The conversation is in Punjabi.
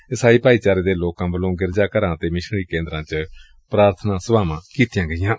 ਈਸਾਈ ਭਾਈਚਾਰੇ ਦੇ ਲੋਕਾਂ ਵੱਲੋਂ ਗਿਰਜਾ ਘਰਾਂ ਅਤੇ ਮਿਸ਼ਨਰੀ ਕੇਂਦਰਾਂ ਚ ਪ੍ਰਾਰਬਨਾ ਸਭਾਵਾਂ ਕੀਤੀਆਂ ਜਾ ਰਹੀਆਂ ਨੇ